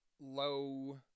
low